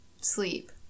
sleep